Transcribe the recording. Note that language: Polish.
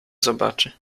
zobaczy